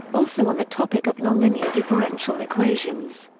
also on the topic of nonlinear differential equations,